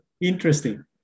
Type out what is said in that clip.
Interesting